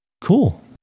cool